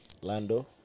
Lando